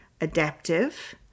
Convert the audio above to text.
adaptive